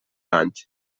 anys